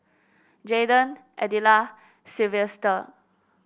Jaeden Adella Silvester